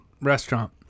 restaurant